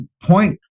point